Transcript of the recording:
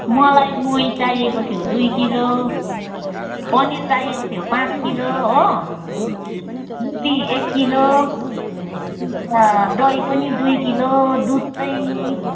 मलाई मही चाहिएको थियो दुई किलो पनिर चाहिएको थियो पाँच किलो हो छुर्पी एक किलो अन्त दही पनि दुई किलो दुध चाहिँ